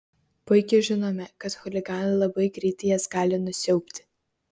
puikiai žinome kad chuliganai labai greitai jas gali nusiaubti